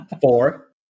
Four